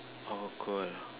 awkward